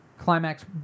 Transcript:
Climax